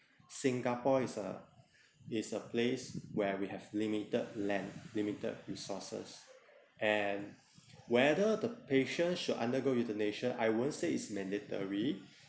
singapore is a is a place where we have limited land limited resources and whether the patient should undergo euthanasia I won't say it's mandatory